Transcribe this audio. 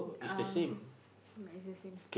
uh yeah it's the same